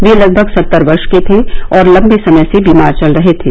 वह लगभग सत्तर वर्ष के थे और लम्बे समय से बीमार चल रहे थे